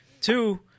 Two